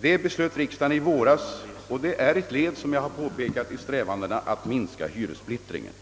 Detta beslut fattade riksdagen i våras, och det är, som jag har påpekat, ett led i strävandena att minska hyressplittringen.